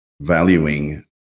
valuing